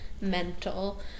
mental